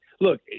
look